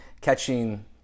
catching